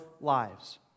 lives